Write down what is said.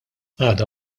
għada